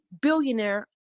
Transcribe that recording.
billionaire